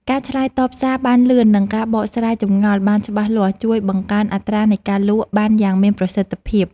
ការឆ្លើយតបសារបានលឿននិងការបកស្រាយចម្ងល់បានច្បាស់លាស់ជួយបង្កើនអត្រានៃការលក់បានយ៉ាងមានប្រសិទ្ធភាព។